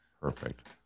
Perfect